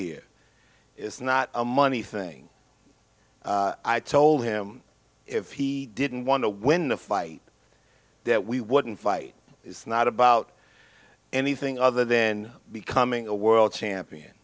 here it's not a money thing i told him if he didn't want to win a fight that we wouldn't fight it's not about anything other then becoming a world champion